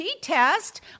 test